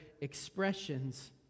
expressions